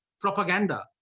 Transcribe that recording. propaganda